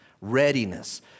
Readiness